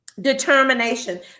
determination